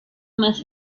más